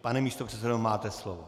Pane místopředsedo, máte slovo.